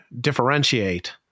differentiate –